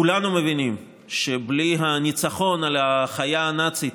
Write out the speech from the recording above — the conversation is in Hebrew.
כולנו מבינים שבלי הניצחון על החיה הנאצית,